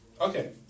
Okay